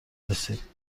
رسید